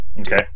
Okay